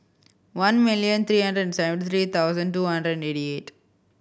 one million three hundred and seventy three thousand two hundred and eighty eight